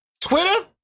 Twitter